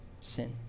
sin